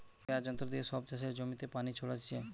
স্প্রেযাঁর যন্ত্র দিয়ে সব চাষের জমিতে পানি ছোরাটিছে